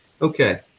Okay